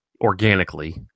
organically